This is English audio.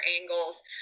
angles